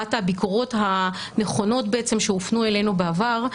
אחת הביקורות הנכונות בעצם שהופנו אלינו בעבר,